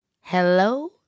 Hello